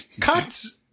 cuts